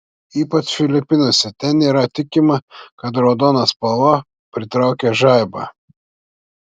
ypač filipinuose ten yra tikima kad raudona spalva pritraukia žaibą